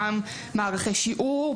גם מערכי שיעור,